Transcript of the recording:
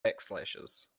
backslashes